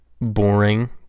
boring